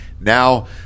now